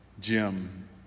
Jim